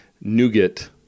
nougat